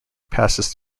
passes